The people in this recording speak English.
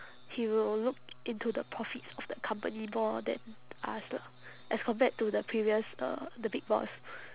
he will look into the profits of the company more than us lah as compared to the previous uh the big boss